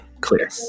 clear